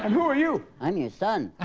um who are you i'm your son